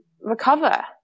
recover